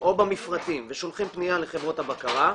או במפרטים ושולחים פנייה לחברות הבקרה,